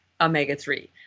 omega-3